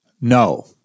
no